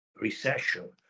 recession